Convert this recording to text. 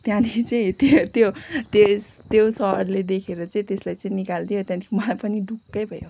त्यहाँदेखि चाहिँ त्यो त्यस त्यो सरले देखेर चाहिँ त्यसलाई चाहिँ निकालिदियो त्यहाँदेखि मलाई पनि ढुक्कै भयो